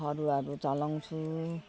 फरुवाहरू चलाउँछु